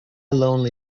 lonely